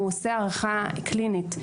הוא עושה הערכה קלינית.